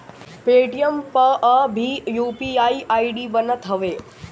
Paytm पअ भी UPI ID बनत हवे